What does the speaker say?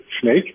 snake